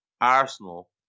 Arsenal